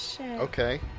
okay